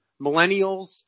Millennials